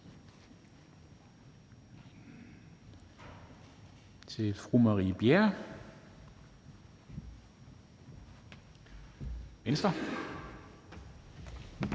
til fru Marie Bjerre, Venstre.